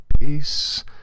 peace